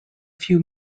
few